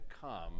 come